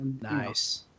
Nice